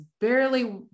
barely